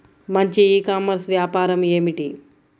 మంచి e commerce వ్యాపారం ఏమిటీ?